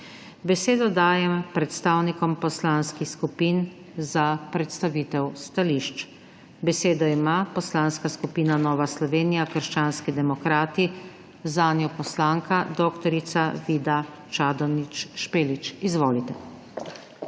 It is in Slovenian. Besedo dajem predstavnikom poslanskih skupin za predstavitev stališč. Besedo ima Poslanska skupina Nova Slovenija – krščanski demokrati, zanjo poslanka dr. Vida Čadonič Špelič. Izvolite.